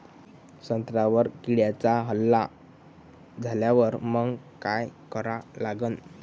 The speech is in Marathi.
संत्र्यावर किड्यांचा हल्ला झाल्यावर मंग काय करा लागन?